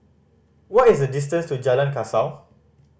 what is the distance to Jalan Kasau